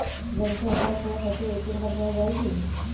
ব্যাঙ্কে অ্যাকাউন্ট খোলার সাথেই এ.টি.এম কার্ড পাওয়া যায় কি?